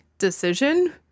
decision